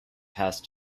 passed